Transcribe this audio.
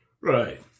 Right